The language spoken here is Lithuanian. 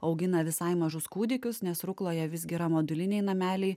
augina visai mažus kūdikius nes rukloje visgi yra moduliniai nameliai